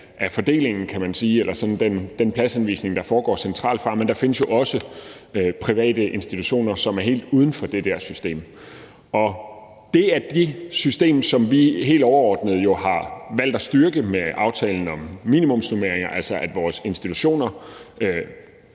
af fordelingen, kan man sige, altså en del af den pladshenvisning, der foregår fra centralt hold. Men der findes jo også private institutioner, som er helt uden for det der system. Det er det system, som vi helt overordnet har valgt at styrke med aftalen om minimumsnormeringer, altså at vores institutioner